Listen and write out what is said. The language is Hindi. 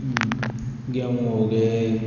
गेंहू हो गए